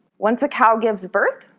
once a cow gives birth,